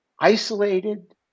isolated